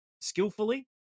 skillfully